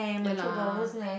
ya lah